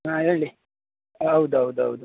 ಹಾಂ ಹೇಳಿ ಹೌದು ಹೌದು ಹೌದು